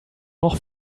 noch